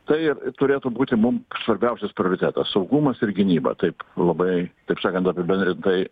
tai ir turėtų būti mum svarbiausias prioritetas saugumas ir gynyba taip labai taip sakant apibendrintai